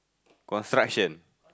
construction